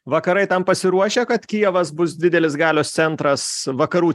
vakarai tam pasiruošę kad kijevas bus didelis galios centras vakarų